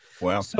Wow